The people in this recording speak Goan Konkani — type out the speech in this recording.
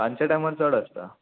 सांच्या टायमार चड आसता